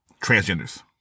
transgenders